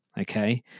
okay